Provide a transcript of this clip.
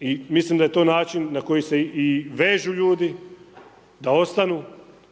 I mislim da je to način na koji se i vežu ljudi da ostanu